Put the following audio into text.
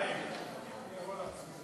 אדוני היושב-ראש,